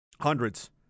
Hundreds